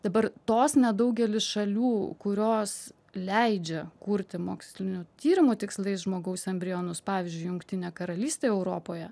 dabar tos nedaugelis šalių kurios leidžia kurti mokslinio tyrimo tikslais žmogaus embrionus pavyzdžiui jungtinė karalystė europoje